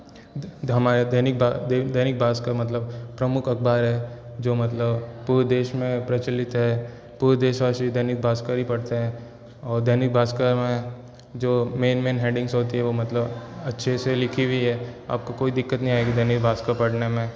हमारे दैनिक भास्कर मतलब प्रमुख अखबार है जो मतलब पूरे देश में प्रचलित है पूरे देशवासी दैनिक भास्कर ही पढ़ते हैं और दैनिक भास्कर में जो मेन मेन हेडिंग्स होती हैं वो मतलब अच्छे से लिखी हुई हैं आपको कोई दिक्कत नहीं आएगी दैनिक भास्कर पढ़ने में